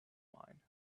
mine